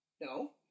No